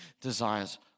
desires